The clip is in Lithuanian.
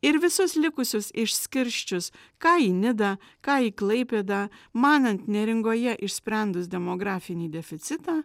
ir visus likusius išskirsčius ką į nidą ką į klaipėdą manant neringoje išsprendus demografinį deficitą